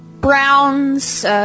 browns